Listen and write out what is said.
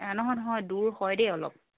এ নহয় নহয় দূৰ হয় দেই অলপ